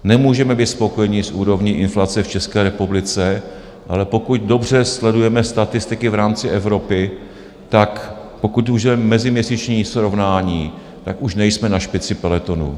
Nemůžeme být spokojeni s úrovní inflace v České republice, ale pokud dobře sledujeme statistiky v rámci Evropy, tak pokud použijeme meziměsíční srovnání, tak už nejsme na špici peletonu.